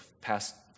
past